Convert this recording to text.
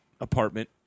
apartment